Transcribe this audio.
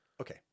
okay